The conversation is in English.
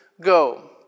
go